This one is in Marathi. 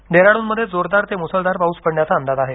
डेहराड्नमध्ये जोरदार ते मुसळधार पाऊस पडण्याचा अंदाज आहे